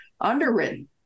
underwritten